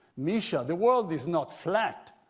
misha the world is not flat